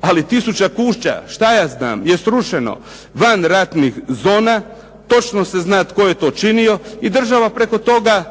Ali tisuće kuća što je znam je srušeno, van ratnih zona. Točno se zna tko je to činio i država preko toga